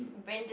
brand just